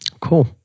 Cool